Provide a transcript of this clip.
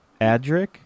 Adric